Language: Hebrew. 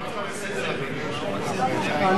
אני חייב להשליט פה משמעת מסוימת.